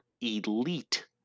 elite